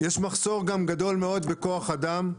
מחסור גדול מאוד בכוח אדם,